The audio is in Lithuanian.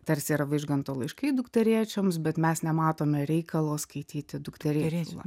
tarsi yra vaižganto laiškai dukterėčioms bet mes nematome reikalo skaityti dukterėčių